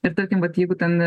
ir tarkim vat jeigu ten